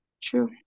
true